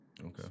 Okay